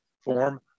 form